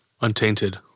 Untainted